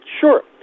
sure